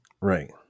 Right